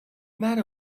matter